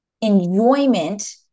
enjoyment